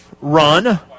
run